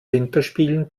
winterspielen